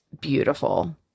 beautiful